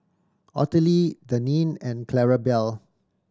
Ottilie Denine and Clarabelle